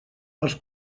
els